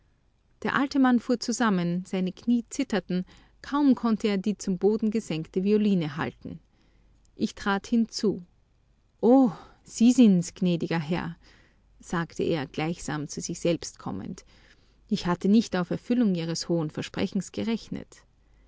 der alte mann fuhr zusammen seine knie zitterten kaum konnte er die zum boden gesenkte violine halten ich trat hinzu oh sie sind's gnädiger herr sagte er gleichsam zu sich selbst kommend ich hatte nicht auf erfüllung ihres hohen versprechens gerechnet